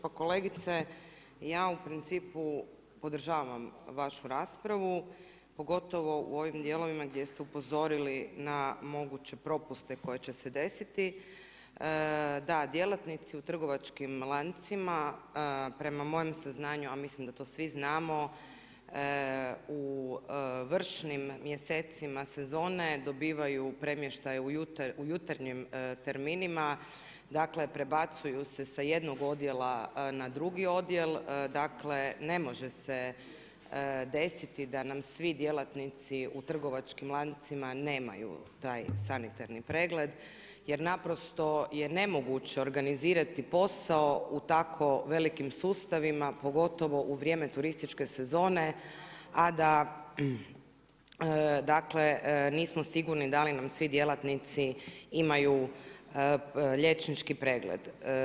Pa kolegice, ja u principu podržavam vašu raspravu pogotovo u ovim dijelovima gdje se upozorili na moguće propust koje će se desiti, da djelatnici u trgovačkim lancima, a prema mojem saznanju, a mislim da to svi znamo u vršnim mjesecima sezone dobivaju premještaj u jutarnjim terminima, dakle prebacuju se sa jednog odjela na drugi odjel, dakle ne može se desiti da nam svi djelatnici u trgovačkim lancima nemaju taj sanitarni pregled jer naprosto je nemoguće organizirati posao u tako velikim sustavima pogotovo u vrijeme turističke sezone, a da nismo sigurni da li nam svi djelatnici imaju liječnički pregled.